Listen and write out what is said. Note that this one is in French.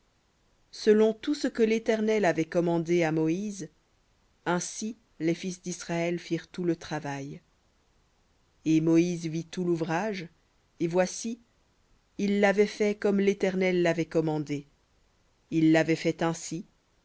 selon tout ce que l'éternel avait commandé à moïse ainsi les fils d'israël firent tout le travail et moïse vit tout l'ouvrage et voici ils l'avaient fait comme l'éternel l'avait commandé ils l'avaient fait ainsi